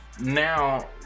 Now